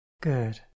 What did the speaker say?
Good